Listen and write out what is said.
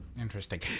interesting